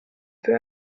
peu